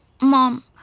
Mom